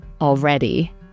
already